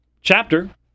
chapter